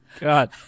God